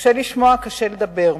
קשה לשמוע וקשה לדבר.